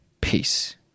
Peace